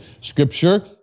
Scripture